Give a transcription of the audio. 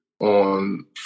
on